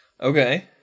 Okay